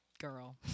girl